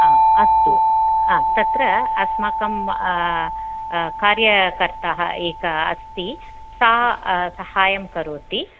हा अस्तु तत्र अस्माकं कार्यकर्ता एक अस्ति सा साहाय्यं करोति